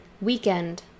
Weekend